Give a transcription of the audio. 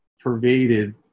pervaded